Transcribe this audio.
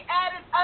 added